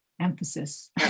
Emphasis